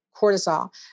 cortisol